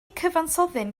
cyfansoddyn